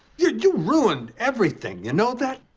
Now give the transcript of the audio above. yeah you ruined everything, you know that?